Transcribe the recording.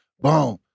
boom